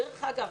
דרך אגב,